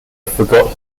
forgot